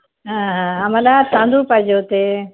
हां हां आम्हाला तांदूळ पाहिजे होते